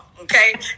okay